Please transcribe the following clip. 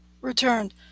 Returned